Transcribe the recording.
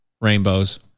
rainbows